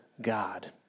God